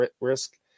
risk